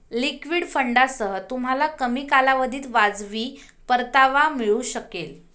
liquid फंडांसह, तुम्हाला कमी कालावधीत वाजवी परतावा मिळू शकेल